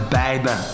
baby